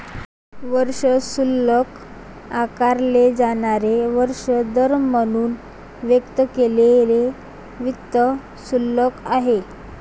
वार्षिक शुल्क आकारले जाणारे वार्षिक दर म्हणून व्यक्त केलेले वित्त शुल्क आहे